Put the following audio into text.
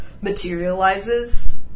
materializes